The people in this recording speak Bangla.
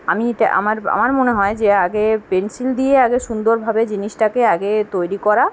আমি এটা আমার আমার মনে হয় যে আগে পেন্সিল দিয়ে আগে সুন্দরভাবে জিনিসটাকে আগে তৈরি করা